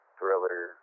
Thriller